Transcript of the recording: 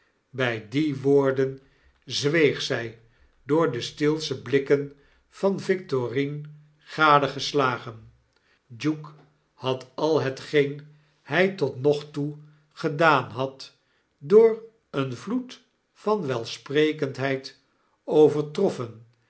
bjj die woorden zweeg zij door de steelsche blikken van victorine gadegeslagen duke had al hetgeen hjj tot nog toe ge daan had door een vloed van welsprekendheid overtroffen